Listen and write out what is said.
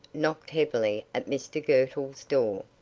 knocked heavily at mr girtle's door.